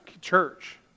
church